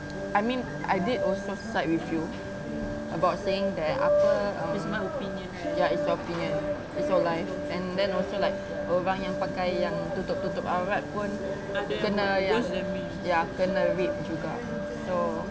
I mean I did also side with you about saying that apa um ya it's your opinion it's your life then then also like orang yang pakai yang tutup-tutup aurat pun kena ya kena raped juga